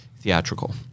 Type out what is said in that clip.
theatrical